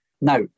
Now